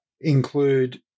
include